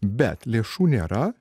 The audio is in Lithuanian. bet lėšų nėra